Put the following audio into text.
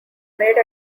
made